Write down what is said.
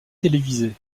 télévisées